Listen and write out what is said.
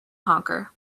honker